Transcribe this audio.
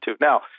Now